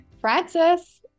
Francis